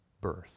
birth